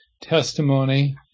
testimony